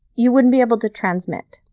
you wouldn't be able to transmit,